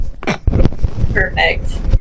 Perfect